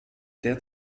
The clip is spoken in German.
der